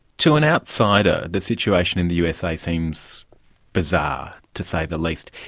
to an outsider, the situation in the usa seems bizarre to say the least.